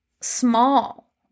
small